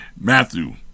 Matthew